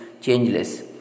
changeless